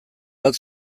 bat